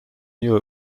knew